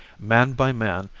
man by man,